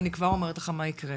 אני כבר אומרת לך מה יקרה.